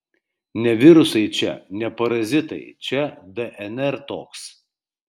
ne virusai čia ne parazitai čia dnr toks